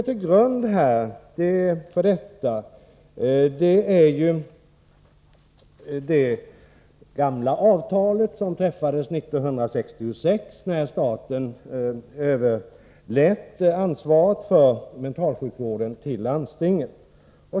Till grund för detta bidrag ligger det avtal som träffades 1966, då staten överlät ansvaret för mentalsjukvården till landstingen.